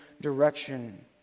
direction